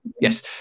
Yes